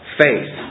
faith